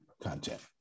content